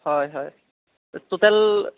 হয় হয় টোটেল